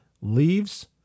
leaves